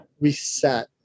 reset